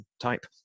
type